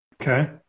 Okay